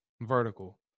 Vertical